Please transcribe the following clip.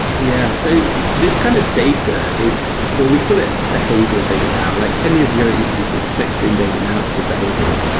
yeah. so this kind of data is well, we call it behavioral data now. like ten years ago, it used to be called click stream data. now it's called behavioral.